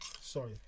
Sorry